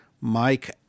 Mike